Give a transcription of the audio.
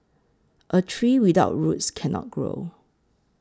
a tree without roots cannot grow